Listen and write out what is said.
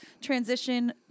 transition